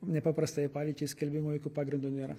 nepaprastajai padėčiai skelbimo jokio pagrindo nėra